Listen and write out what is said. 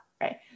right